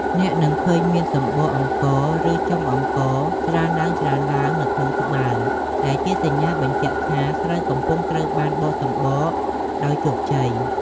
អ្នកនឹងឃើញមានសម្បកអង្ករ (ឬចុងអង្ករ) ច្រើនឡើងៗនៅក្នុងត្បាល់ ដែលជាសញ្ញាបញ្ជាក់ថាស្រូវកំពុងត្រូវបានបកសម្បកដោយជោគជ័យ។